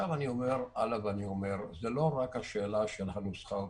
אני עובר הלאה ואני אומר: זו לא רק השאלה של הנוסחה האוטומטית,